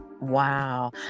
Wow